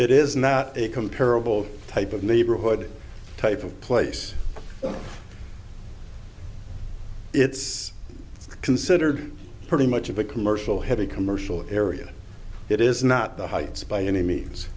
is not a comparable type of neighborhood type of place it's considered pretty much of a commercial heavy commercial area it is not the heights by any means